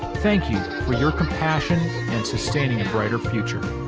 thank you for your compassion and sustaining and brighter future.